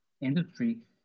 industry